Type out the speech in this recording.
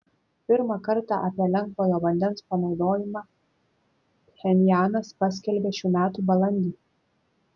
pirmą kartą apie lengvojo vandens panaudojimą pchenjanas paskelbė šių metų balandį